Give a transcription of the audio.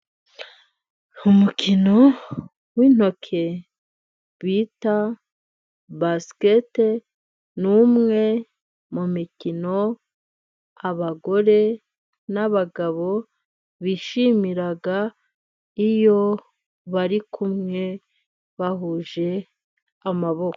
Umukino w'intoki bita basikete ni umwe mumikino abagore nabagabo bishimiraga iyo barikumwe bahuje amaboko.